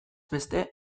beste